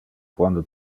quando